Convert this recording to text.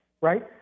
right